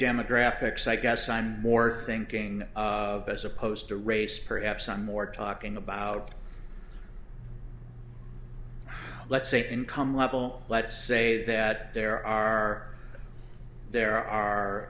demographics i guess i'm more thinking of as opposed to race perhaps i'm more talking about let's say income level let's say that there are there are